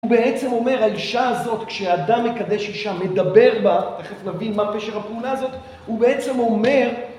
הוא בעצם אומר, האישה הזאת, כשאדם מקדש אישה, מדבר בה, תכף נבין מה פשר הפעולה הזאת, הוא בעצם אומר...